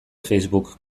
facebook